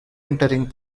entering